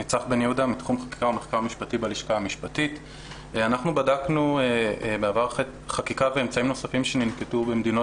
אנחנו בדקנו בעבר חקיקה ואמצעים נוספים שננקטו במדינות